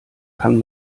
kann